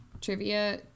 trivia